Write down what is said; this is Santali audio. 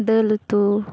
ᱫᱟᱹᱞ ᱩᱛᱩ